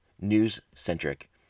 News-centric